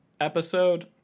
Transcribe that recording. episode